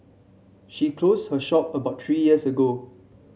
she closed her shop about three years ago